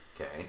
Okay